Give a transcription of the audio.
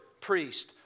priest